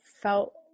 felt